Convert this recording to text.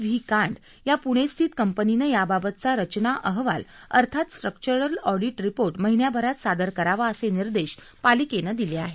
V कांड या पुणेस्थित कंपनीनं याबाबतचा रचना अहवाल अर्थात स्ट्रक्चरल ऑडिट रिपोर्ट महिन्याभरात सादर करावा असे निर्देश पालिकेनं दिले आहेत